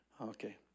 Okay